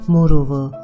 Moreover